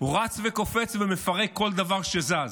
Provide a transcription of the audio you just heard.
הוא רץ וקופץ ומפרק כל דבר שזז.